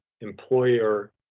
employer